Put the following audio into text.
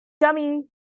dummy